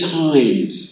times